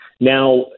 Now